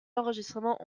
enregistrements